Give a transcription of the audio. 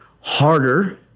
harder